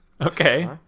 Okay